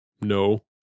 No